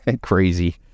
crazy